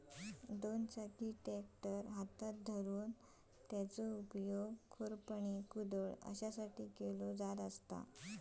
दोन चाकी ट्रॅक्टर हातात धरून त्याचो उपयोग खुरपणी, कुदळ अश्यासाठी केलो जाता